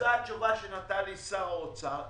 זו התשובה שנתן לי שר האוצר,